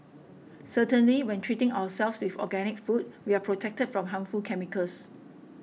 certainly when treating ourselves with organic food we are protected from harmful chemicals